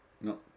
no